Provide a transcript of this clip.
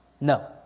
No